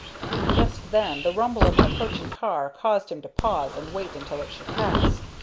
just then the rumble of an approaching car caused him to pause and wait until it should pass.